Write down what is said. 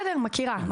מכירה.